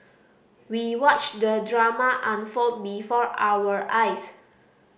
we watched the drama unfold before our eyes